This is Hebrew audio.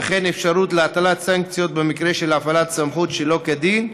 וכן אפשרות להטלת סנקציות במקרה של הפעלת סמכות שלא כדין.